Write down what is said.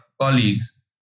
colleagues